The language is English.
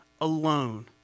alone